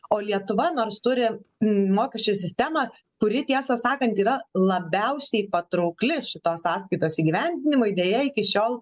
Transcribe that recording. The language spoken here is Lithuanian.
o lietuva nors turi mokesčių sistemą kuri tiesą sakant yra labiausiai patraukli šitos sąskaitos įgyvendinimui deja iki šiol